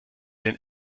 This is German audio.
den